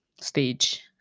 stage